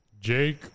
Jake